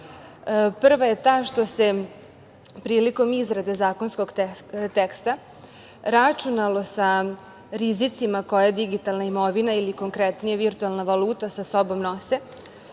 Prva je ta što se prilikom izrade zakonskog teksta računalo sa rizicima koje digitalna imovina ili, konkretnije, virtuelna valuta sa sobom nose,